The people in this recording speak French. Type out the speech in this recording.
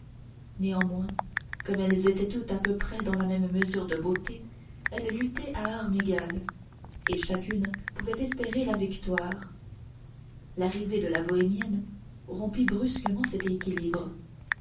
néanmoins comme elles étaient toutes à peu près dans la même mesure de beauté elles luttaient à armes égales et chacune pouvait espérer la victoire l'arrivée de la bohémienne rompit brusquement cet équilibre